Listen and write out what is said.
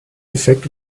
defekt